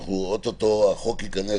או-טו-טו החוק ייכנס,